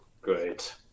Great